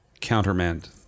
countermand